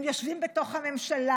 הם יושבים בתוך הממשלה,